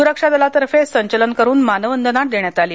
सुरक्षा दलातर्फे संचलन करुन मानवंदना देण्यात आली